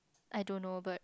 I don't know but